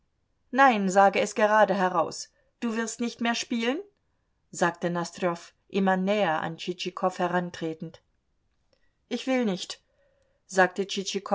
nein sage es gerade heraus du wirst nicht mehr spielen sagte nosdrjow immer näher an tschitschikow herantretend ich will nicht sagte